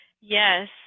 Yes